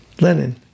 Lenin